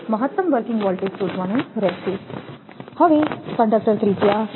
તમારે મહત્તમ working voltage શોધવાનું રહેશે હવે કંડક્ટર ત્રિજ્યા 0